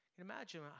Imagine